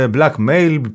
Blackmail